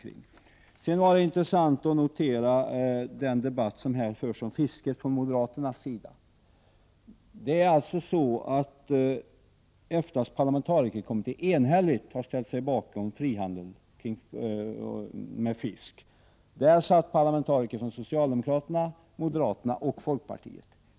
Det har varit intressant att notera den argumentation som förs från moderaternas sida om fisket. EFTA:s parlamentarikerkommitté har enhälligt ställt sig bakom frihandel med fisk. Där satt parlamentariker från socialdemokraterna, moderaterna och folkpartiet.